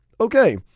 Okay